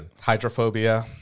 Hydrophobia